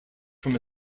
from